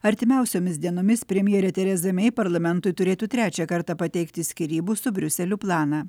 artimiausiomis dienomis premjerė teresa mei parlamentui turėtų trečią kartą pateikti skyrybų su briuseliu planą